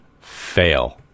fail